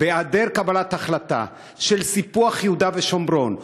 בהיעדר קבלת החלטה על סיפוח יהודה ושומרון,